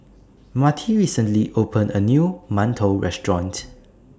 Marty recently opened A New mantou Restaurant